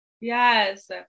Yes